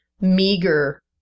meager